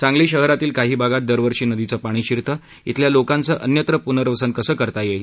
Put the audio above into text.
सांगली शहरातील काही भागात दरवर्षी नदीचं पाणी शिरतं इथल्या लोकांचं अन्यत्र प्नर्वसन कसं करता येईल